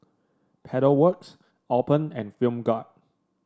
Pedal Works Alpen and Film Grade